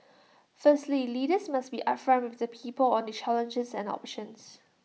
firstly leaders must be upfront with the people on the challenges and options